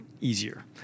easier